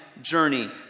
journey